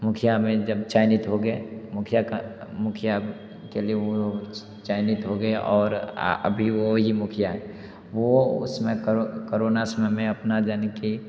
मुखिया में जब चयनित हो गए मुखिया का मुखिया के लिए वो चयनित हो गए और अभी वो ही मुखिया वो उसमें करोना समय में अपना यानी कि